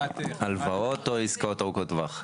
הלוואות או עסקאות ארוכות טווח,